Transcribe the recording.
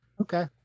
Okay